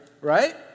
right